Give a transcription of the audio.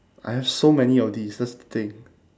I have so many of these that's the thing